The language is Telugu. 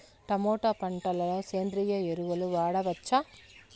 టమోటా పంట లో సేంద్రియ ఎరువులు వాడవచ్చా?